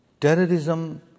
Terrorism